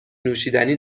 نوشیدنی